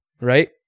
right